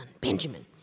Benjamin